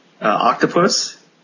Octopus